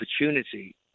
opportunity